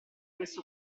questo